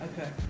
okay